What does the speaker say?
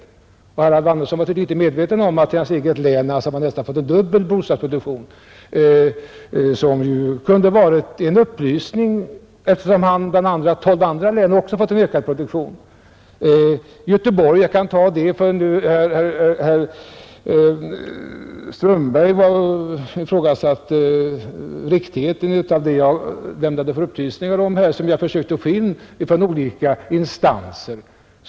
Herr Alvar Andersson var tydligen inte medveten om att hans eget län fått en nästan fördubblad bostadsproduktion; det kunde ju ha varit en upplysning. Tolv andra län har också fått en ökad bostadsproduktion. Herr Strömberg ifrågasatte riktigheten av de upplysningar som jag har försökt få in från olika instanser.